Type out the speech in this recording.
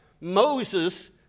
Moses